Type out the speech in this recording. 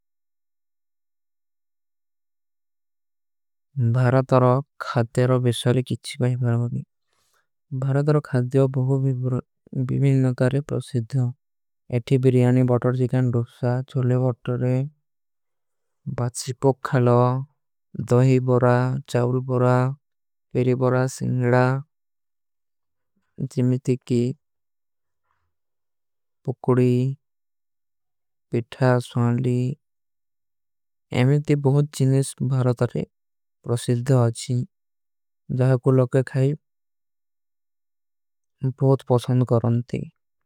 ଭାରତାର ଖାତେ ରୋ ବେଶାଲେ କିଛୀ ବାହିମାର ହୋଗୀ। ଭାରତାର। ଖାତେ ହୋ ବହୁତ ବିମିଲ ନକାରେ ପ୍ରସିଦ୍ଧ ଏଠୀ ବିରିଯାନୀ ବଟର। ଜିକନ ଡୁଶା ଚୋଲେ ବଟରେ, ବାଚୀ ପୋଖ ଖାଲଵା, ଦହୀ ବଡା। ଚାଊଲ ବଡା, ପେରୀ ବଡା, ସିଂଗଡା, ଜୀମିତୀ କୀ। ପକୁଡୀ ପିଠା ସୁନଲୀ ଏମେଂ ତୀ ବହୁତ ଜୀନେଶ ଭାରତାରେ ପ୍ରସିଦ୍ଧ। ହୋଗୀ। ଜୈକୋ ଲୋଗେ ଖାଈ ବହୁତ ପସଂଦ କରନ ଥୀ।